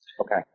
Okay